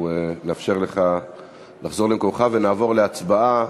נאפשר לך לחזור למקומך ונעבור להצבעה